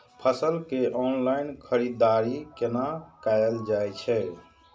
फसल के ऑनलाइन खरीददारी केना कायल जाय छै?